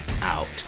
out